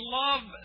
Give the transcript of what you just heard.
love